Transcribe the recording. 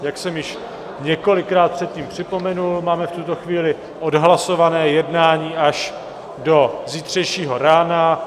Jak jsem již několikrát předtím připomenul, máme v tuto chvíli odhlasované jednání až do zítřejšího rána.